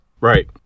Right